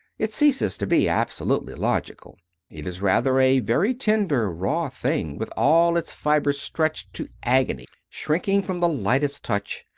it ceases to be absolutely logical it is rather a very tender, raw thing, with all its fibres stretched to agony, shrinking from the lightest touch,